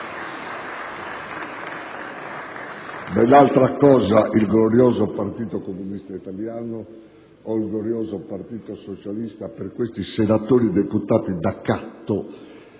Ben altra cosa il glorioso Partito Comunista Italiano, o il glorioso Partito Socialista rispetto a questi senatori e deputati da accatto